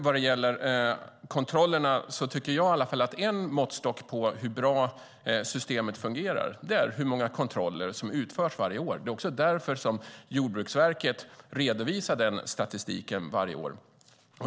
Vad gäller kontrollerna tycker jag att en måttstock på hur bra systemet fungerar är antalet kontroller som utförs varje år. Det är också därför som Jordbruksverket redovisar den statistiken varje år.